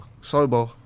sober